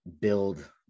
build